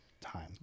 time